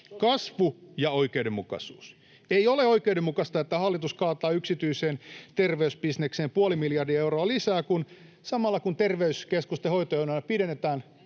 kasvu ja oikeudenmukaisuus. Ei ole oikeudenmukaista, että hallitus kaataa yksityiseen terveysbisnekseen puoli miljardia euroa lisää, kun samalla terveyskeskusten hoitojonoja pidennetään